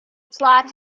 plot